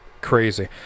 Crazy